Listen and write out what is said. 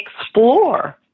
explore